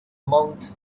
mount